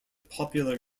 popular